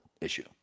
issue